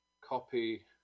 copy